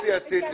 התייעצות סיעתית.